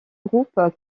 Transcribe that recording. groupes